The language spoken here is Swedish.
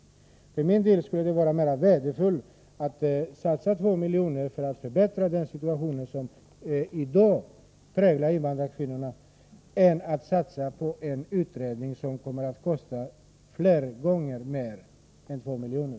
För min del anser jag att det skulle vara mera värdefullt att satsa 2 miljoner på att förbättra invandrarkvinnornas situation än att satsa pengar på en utredning som kommer att kosta många gånger mer än 2 miljoner.